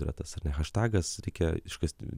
yra tas ar ne haštagas reikia iškasti